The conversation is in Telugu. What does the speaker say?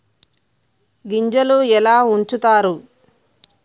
గింజలు ఎలా ఉంచుతారు?